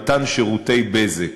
למתן שירותי בזק.